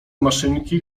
maszynki